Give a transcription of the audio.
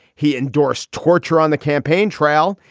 he endorsed torture on the campaign trail.